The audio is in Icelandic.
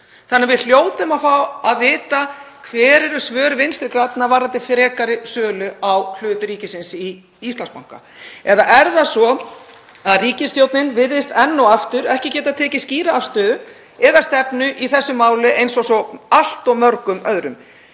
rannsókn. Við hljótum að fá að vita hver svör Vinstri grænna eru varðandi frekari sölu á hlut ríkisins í Íslandsbanka. Eða er það svo að ríkisstjórnin virðist enn og aftur ekki geta tekið skýra afstöðu eða stefnu í þessu máli eins og svo allt of mörgum öðrum?